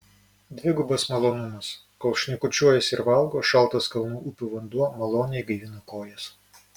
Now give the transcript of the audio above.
dvigubas malonumas kol šnekučiuojasi ir valgo šaltas kalnų upių vanduo maloniai gaivina kojas